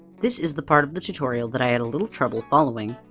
this is the part of the tutorial that i had a little trouble following,